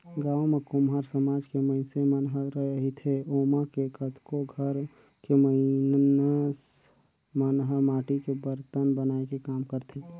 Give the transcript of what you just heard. गाँव म कुम्हार समाज के मइनसे मन ह रहिथे ओमा के कतको घर के मइनस मन ह माटी के बरतन बनाए के काम करथे